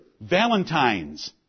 Valentine's